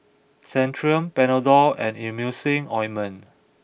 Centrum Panadol and Emulsying Ointment